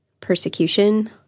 persecution